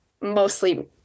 mostly